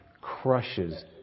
crushes